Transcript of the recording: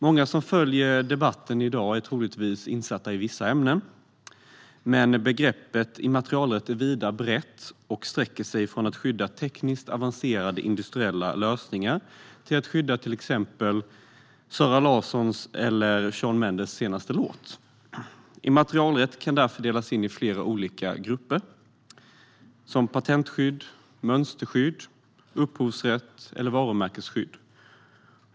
Många som följer dagens debatt är troligen insatta i vissa delar, men begreppet immaterialrätt är brett och sträcker sig från att skydda tekniskt avancerade industriella lösningar till att skydda till exempel Zara Larssons eller Shawn Mendes senaste låt. Immaterialrätt kan därför delas in i flera olika grupper såsom patentskydd, mönsterskydd, upphovsrätt och varumärkesskydd.